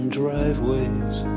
driveways